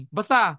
Basta